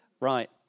Right